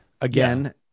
Again